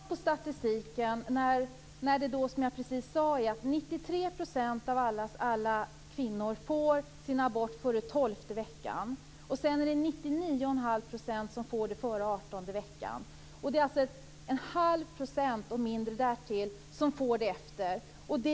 Fru talman! Om man tittar på statistiken är det precis som jag sade att 93 % av alla kvinnor får sin abort före 12:e veckan. Sedan är det 99 1⁄2 % som får den före 18:e veckan. Det är alltså 1⁄2 %, och mindre än det, som får den därefter.